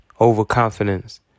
overconfidence